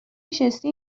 نشستی